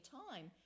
time